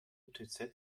utz